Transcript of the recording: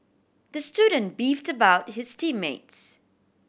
the student beefed about his team mates